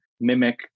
mimic